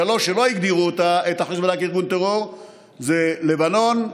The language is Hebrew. השלוש שלא הגדירו את החיזבאללה כארגון טרור הן לבנון,